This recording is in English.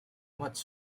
much